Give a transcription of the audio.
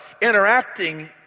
interacting